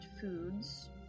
Foods